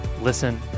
listen